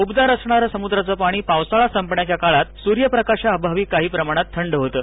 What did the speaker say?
उबदार असणारं समुद्राचं पाणी पावसाळा संपण्याच्या काळात सूर्यप्रकाशाअभावी काही प्रमाणात थंड होतं